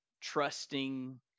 trusting